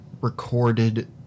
recorded